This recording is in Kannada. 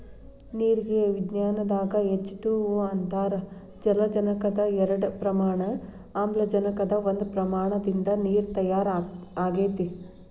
ನೇರಿಗೆ ವಿಜ್ಞಾನದಾಗ ಎಚ್ ಟಯ ಓ ಅಂತಾರ ಜಲಜನಕದ ಎರಡ ಪ್ರಮಾಣ ಆಮ್ಲಜನಕದ ಒಂದ ಪ್ರಮಾಣದಿಂದ ನೇರ ತಯಾರ ಆಗೆತಿ